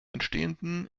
entstehenden